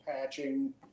patching